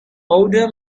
older